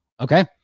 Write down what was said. okay